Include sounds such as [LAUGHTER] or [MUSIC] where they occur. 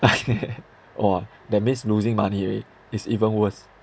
[LAUGHS] !wah! that means losing money already it's even worse